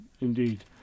Indeed